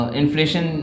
inflation